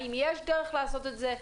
האם יש דרך לעשות את זה?